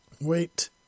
Wait